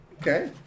Okay